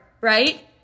right